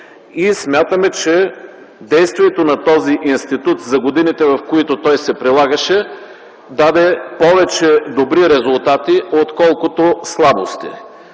Смятаме, че действието на този институт за годините, в които той се прилагаше, даде повече добри резултати, отколкото слабости.